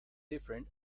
different